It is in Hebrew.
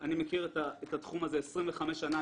אני מכיר את התחום הזה 25 שנה,